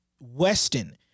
Weston